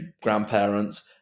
grandparents